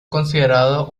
considerado